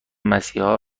مسیحا